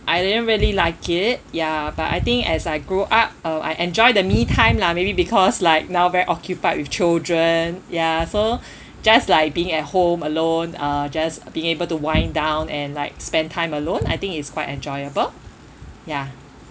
I didn't really like it ya but I think as I grow up um I enjoy the me time lah maybe because like now very occupied with children ya so just like being at home alone uh just being able to wind down and like spend time alone I think it's quite enjoyable ya